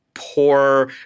Poor